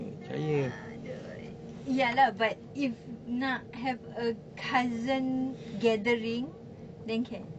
ah adoi ya lah but if nak have a cousin gathering then can